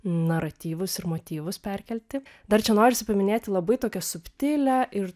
naratyvus ir motyvus perkelti dar čia norisi paminėti labai tokią subtilią ir